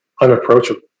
unapproachable